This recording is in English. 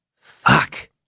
Fuck